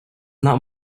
not